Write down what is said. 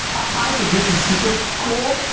i think this is super cool.